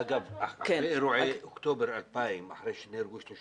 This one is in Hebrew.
אגב, אחרי אירועי אוקטובר 2000, אחרי שנהרגו 13